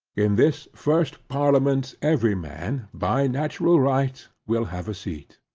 in this first parliament every man, by natural right, will have a seat.